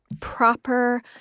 proper